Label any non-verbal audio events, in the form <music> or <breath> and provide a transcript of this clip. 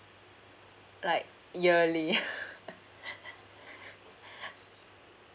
like yearly <laughs> <breath>